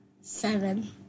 seven